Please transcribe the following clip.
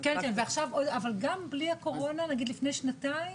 אבל גם בלחי הקורונה, נגיד לפני שנתיים,